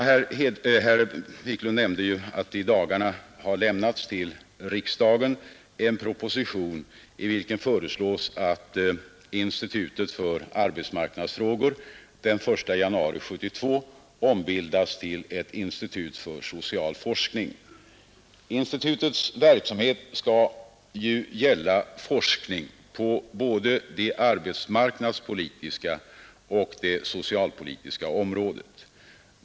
Herr Wiklund nämnde att det i dagarna till riksdagen har lämnats en proposition, i vilken föreslås att institutet för arbetsmarknadsfrågor den I januari 1972 ombildas till ett institut för social forskning. Institutets verksamhet skall gälla forskning på både det arbetsmarknadspolitiska och det socialpolitiska området.